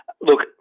look